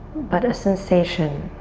but a sensation,